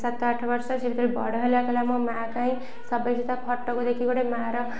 ସାତ ଆଠ ବର୍ଷ ସିଏ ବଡ଼ ହେଲା କହିଲା ମୋ ମାଆ କାହିଁ ଯେ ତା ଫଟୋକୁ ଦେଖି ଗୋଟେ ମାଆର